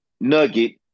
nugget